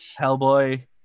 hellboy